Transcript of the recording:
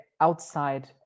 outside